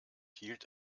hielt